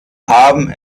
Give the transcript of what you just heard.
haben